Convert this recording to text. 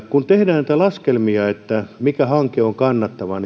kun tehdään näitä laskelmia siitä mikä hanke on kannattava